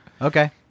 okay